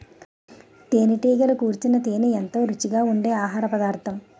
తేనెటీగలు కూర్చిన తేనే ఎంతో రుచిగా ఉండె ఆహారపదార్థం